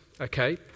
okay